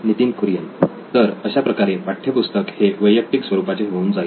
नितीन कुरियन तर अशाप्रकारे पाठ्यपुस्तक हे वैयक्तिक स्वरूपाचे होऊन जाईल